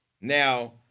Now